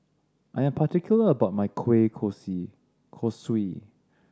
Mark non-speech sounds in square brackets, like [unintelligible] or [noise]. I am particular about my kueh [unintelligible] kosui